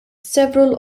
several